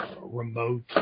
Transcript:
Remote